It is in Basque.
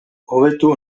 hobetu